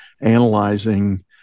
analyzing